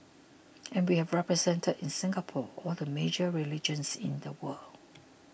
and we have represented in Singapore all the major religions in the world